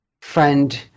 friend